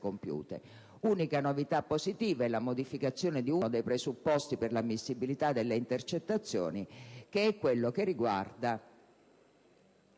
Unica novità positiva è la modificazione di uno dei presupposti per l'ammissibilità delle intercettazioni, che è quello che riguarda